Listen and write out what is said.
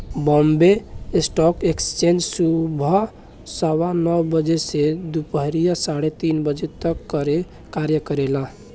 Bombay stock exchange सुबह सवा नौ बजे से दूपहरिया साढ़े तीन तक कार्य करेला